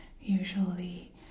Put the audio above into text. Usually